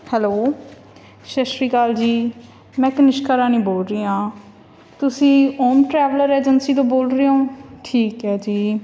hello ਸਤਿ ਸ਼੍ਰੀ ਅਕਾਲ ਜੀ ਮੈਂ ਕਨਿਕਸ਼ਾ ਰਾਣੀ ਬੋਲ ਰਹੀ ਹਾਂ ਤੁਸੀਂ ਓਮ ਟਰੈਵਲਰ ਏਜੰਸੀ ਤੋਂ ਬੋਲ ਰਹੇ ਹੋ ਠੀਕ ਹੈ ਜੀ